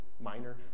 minor